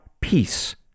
peace